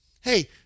Hey